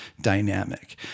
dynamic